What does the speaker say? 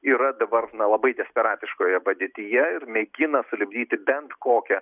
yra dabar na labai desperatiškoje padėtyje ir mėgina sulipdyti bent kokią